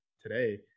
today